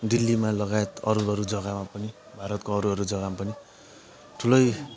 दिल्लीमा लगायत अरू अरू जग्गामा पनि भारतको अरू अरू जग्गामा पनि ठुलै